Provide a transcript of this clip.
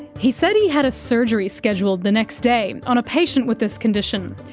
he said he had a surgery schedule the next day on a patient with this condition,